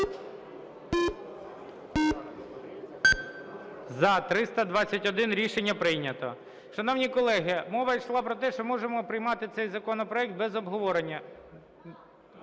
За-321 Рішення прийнято. Шановні колеги, мова йшла про те, що можемо приймати цей законопроект без обговорення.